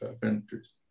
countries